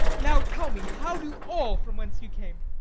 now, tell me, how do all from whence you came?